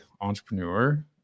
entrepreneur